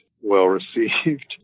well-received